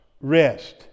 rest